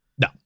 no